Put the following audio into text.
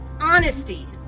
honesty